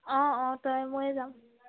অঁ অঁ তয়ে ময়ে যাম